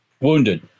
Wounded